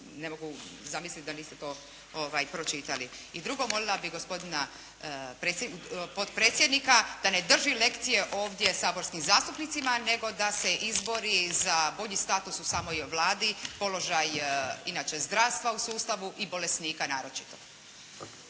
ne mogu zamisliti da niste to pročitali. I drugo, molila bih gospodina potpredsjednika da ne drži lekcije ovdje saborskim zastupnicima nego da se izbori za bolji status u samoj Vladi, položaj inače zdravstva u sustavu i bolesnika naročito.